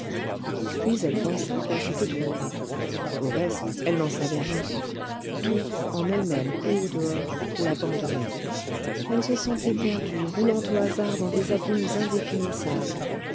puis elle pensa qu'elle s'était trompée au reste elle n'en savait rien tout en elle-même et au dehors l'abandonnait elle se sentait perdue roulant au hasard dans des abîmes indéfinissables